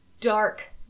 dark